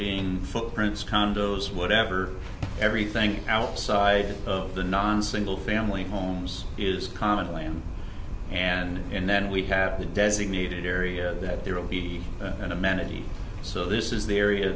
being footprints condos whatever everything outside of the non single family homes is common land and then we have a designated area that there will be an amenity so this is the area